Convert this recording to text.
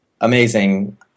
amazing